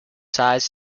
size